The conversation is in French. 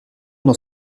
dans